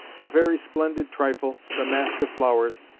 the very splendid trifle, the masque of flowers,